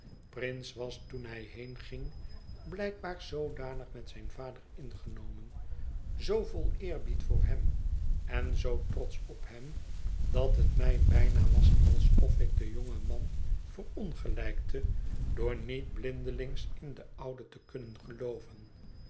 prince was toen hij heenging blijkbaar zoodanig met zijn vader ingenomen zoo vol eerbied voor hem en zoo trotsch op hem dat het mij bijna was alsof ik den jongen man verongelijkte door niet blindelings in den ouden te kunnen gelooven